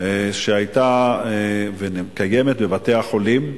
שהיתה וקיימת בבתי-החולים.